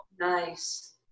Nice